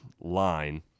line